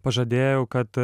pažadėjau kad